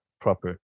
proper